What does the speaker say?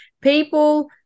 people